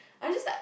I was just like